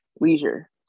leisure